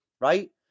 right